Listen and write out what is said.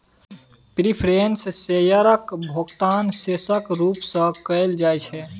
preference शेयरक भोकतान बिशेष रुप सँ कयल जाइत छै